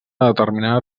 determinada